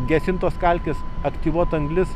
gesintos kalkės aktyvuota anglis